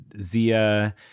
Zia